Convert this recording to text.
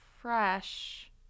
fresh